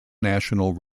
national